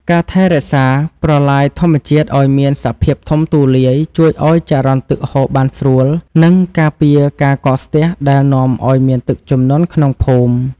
ការថែរក្សាប្រឡាយធម្មជាតិឱ្យមានសភាពធំទូលាយជួយឱ្យចរន្តទឹកហូរបានស្រួល និងការពារការកកស្ទះដែលនាំឱ្យមានទឹកជំនន់ក្នុងភូមិ។